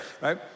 right